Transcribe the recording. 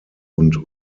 und